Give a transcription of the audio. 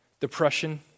Depression